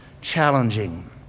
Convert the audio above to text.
challenging